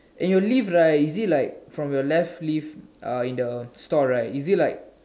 and your leaf right is it like from your left leaf in the store right is it like